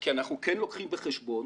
כי אנחנו כן לוקחים בחשבון